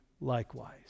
likewise